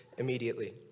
Immediately